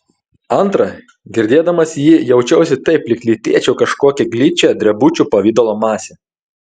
antra girdėdamas jį jaučiausi taip lyg lytėčiau kažkokią gličią drebučių pavidalo masę